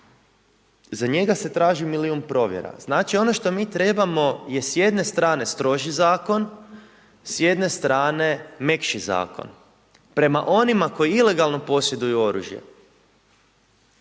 za njega se traži milijun provjera. Znači ono što mi trebamo je s jedne strane stroži zakon, s jedne strane mekši zakon prema onima koji ilegalno posjeduju oružje,